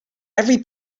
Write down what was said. every